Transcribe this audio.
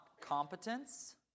competence